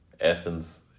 Athens